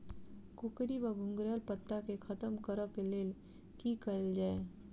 कोकरी वा घुंघरैल पत्ता केँ खत्म कऽर लेल की कैल जाय?